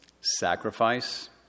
sacrifice